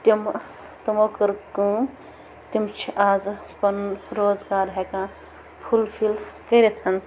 تِمہٕ تِمَو کٔر کٲم تِم چھِ آزٕ پَنُن روز گار ہٮ۪کان فُل فِل کٔرِتھ